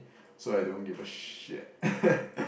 so I don't give a shit